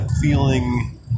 feeling